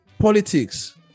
politics